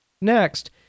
next